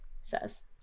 says